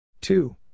Two